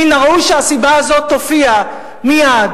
מן הראוי שהסיבה הזאת תופיע מייד.